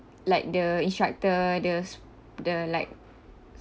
like the instructor the s~ the like